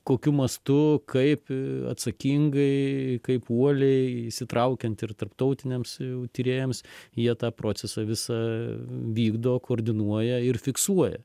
kokiu mastu kaip atsakingai kaip uoliai įsitraukiant ir tarptautiniams tyrėjams jie tą procesą visą vykdo koordinuoja ir fiksuoja